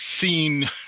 seen